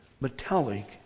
metallic